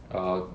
err